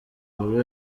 buri